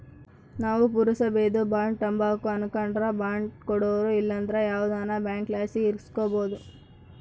ನಾವು ಪುರಸಬೇದು ಬಾಂಡ್ ತಾಂಬಕು ಅನಕಂಡ್ರ ಬಾಂಡ್ ಕೊಡೋರು ಇಲ್ಲಂದ್ರ ಯಾವ್ದನ ಬ್ಯಾಂಕ್ಲಾಸಿ ಇಸ್ಕಬೋದು